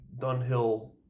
dunhill